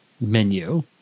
menu